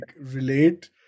relate